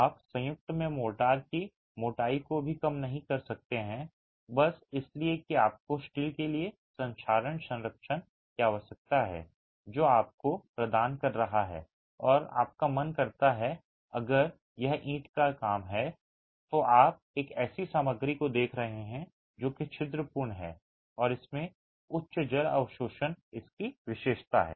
आप संयुक्त में मोर्टार की मोटाई को भी कम नहीं कर सकते हैं बस इसलिए कि आपको स्टील के लिए संक्षारण संरक्षण की आवश्यकता है जो आपको प्रदान कर रहा है और आपका मन करता है अगर यह ईंट का काम है तो आप एक ऐसी सामग्री को देख रहे हैं जो कि छिद्रपूर्ण है और इसमें उच्च जल अवशोषण है इसकी विशेषता है